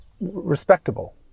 Respectable